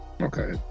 Okay